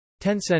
Tencent